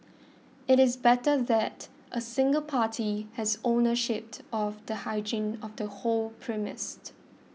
it is better that a single party has ownership of the hygiene of the whole premised